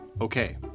Okay